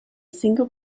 single